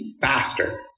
faster